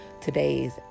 today's